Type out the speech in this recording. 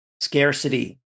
scarcity